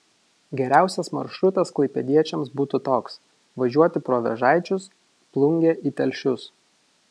geriausias maršrutas klaipėdiečiams būtų toks važiuoti pro vėžaičius plungę į telšius